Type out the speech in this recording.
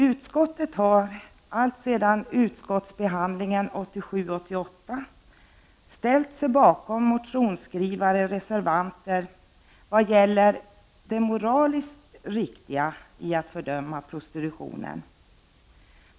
Utskottet har alltsedan utskottsbehandlingen 1987 reservanter när det gällt det moraliskt riktiga i att fördöma prostitutionen.